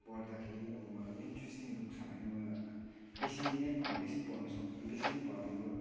पढ्दाखेरि अब मलाई इन्ट्रेस्टिङ बुक छ भने म बेसी नै बेसी पनि पढ्नु सक्छु बेसी नि मतलब